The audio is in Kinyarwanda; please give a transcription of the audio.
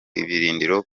ibirindiro